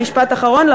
משפט אחרון.